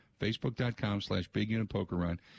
facebook.com/slash/big-unit-poker-run